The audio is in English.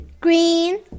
green